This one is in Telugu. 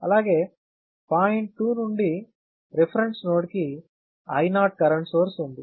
అలాగే పాయింట్ 2 నుండి రిఫరెన్స్ నోడ్ కి I0 కరెంటు సోర్స్ ఉంది